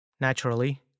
Naturally